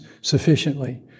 sufficiently